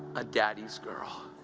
a daddy's girl.